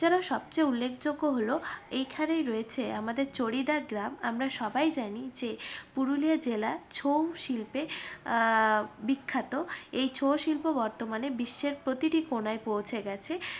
যারা সবচেয়ে উল্লেখযোগ্য হল এইখানেই রয়েছে আমাদের চড়িদা গ্রাম আমরা সবাই জানি যে পুরুলিয়া জেলা ছৌ শিল্পে বিখ্যাত এই ছৌ শিল্প বর্তমানে বিশ্বের প্রতিটি কোণায় পৌঁছে গেছে